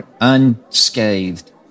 unscathed